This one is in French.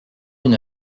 une